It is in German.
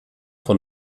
von